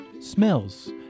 smells